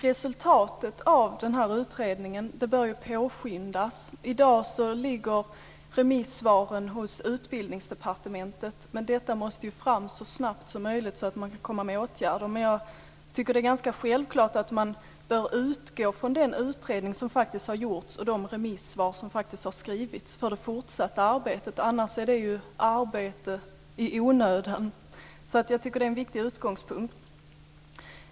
Resultatet av utredningen bör påskyndas. I dag ligger remissvaren hos Utbildningsdepartementet. Men resultatet måste ju fram så snabbt som möjligt, så att man kan komma med åtgärder. Jag tycker att det är ganska självklart att man i det fortsatta arbetet bör utgå från den utredning som har gjorts och de remisssvar som har skrivits, för annars har ju arbetet skett i onödan. Det tycker jag är en viktig utgångspunkt.